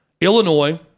Illinois